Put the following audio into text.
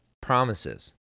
promises